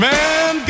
Man